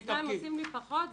הם עושים לי פחות?